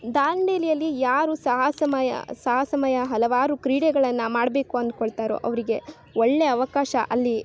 ದಾಂಡೇಲಿಯಲ್ಲಿ ಯಾರು ಸಾಹಸಮಯ ಸಾಹಸಮಯ ಹಲವಾರು ಕ್ರೀಡೆಗಳನ್ನು ಮಾಡಬೇಕು ಅಂದ್ಕೊಳ್ತಾರೋ ಅವರಿಗೆ ಒಳ್ಳೆಯ ಅವಕಾಶ ಅಲ್ಲಿ